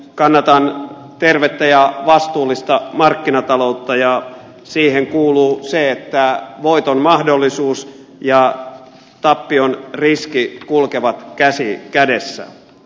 kannatan tervettä ja vastuullista markkinataloutta ja siihen kuuluu se että voiton mahdollisuus ja tappion riski kulkevat käsi kädessä